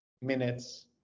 minutes